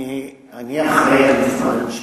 אני אחראי למשרד המשפטים,